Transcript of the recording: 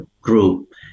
group